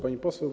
Pani Poseł!